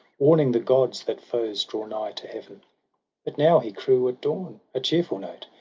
warning the gods that foes draw nigh to heaven but now he crew at dawn, a cheerful note,